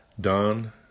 Don